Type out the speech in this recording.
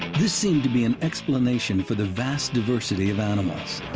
this seemed to be an explanation for the vast diversity of animals.